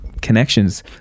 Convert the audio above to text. connections